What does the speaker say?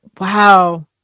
wow